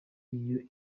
iyo